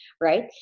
right